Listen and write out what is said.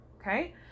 okay